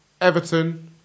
Everton